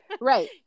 Right